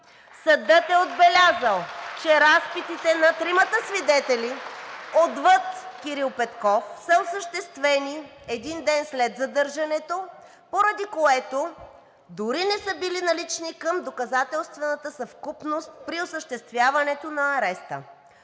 Съдът е отбелязал, че разпитите на тримата свидетели, отвъд Кирил Петков, са осъществени един ден след задържането, поради което дори не са били налични към доказателствената съвкупност при осъществяването на ареста.